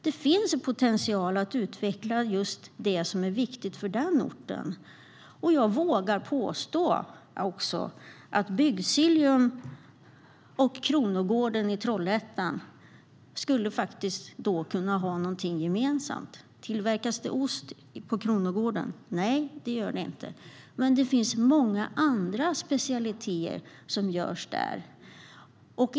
Det finns en potential att utveckla just det som är viktigt för den orten, och jag vågar påstå att Bygdsiljum och Kronogården i Trollhättan faktiskt skulle kunna ha någonting gemensamt. Tillverkas det ost på Kronogården? Nej, det gör det inte. Men det finns många andra specialiteter där.